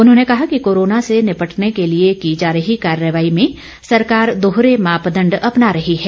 उन्होंने कहा कि कोरोना से निपटने के लिए की जा रही कार्रवाई में सरकार दोहरे मापदण्ड अपना रही है